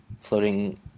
floating